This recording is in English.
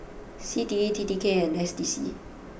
C T E T T K and S D C